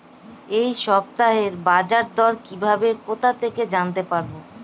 এই সপ্তাহের বাজারদর কিভাবে কোথা থেকে জানতে পারবো?